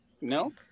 No